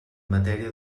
matèria